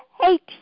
hate